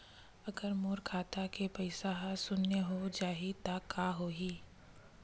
अगर मोर खाता के पईसा ह शून्य हो जाही त का होही?